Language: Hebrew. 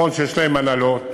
נכון שיש להן הנהלות